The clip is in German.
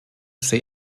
sehe